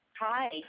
Hi